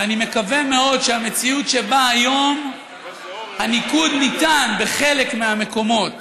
ואני מקווה מאוד שהמציאות שבה היום הניקוד שניתן בחלק מהמקומות